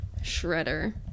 shredder